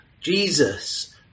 Jesus